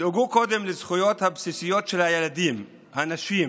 תדאגו קודם לזכויות הבסיסיות של הילדים, הנשים,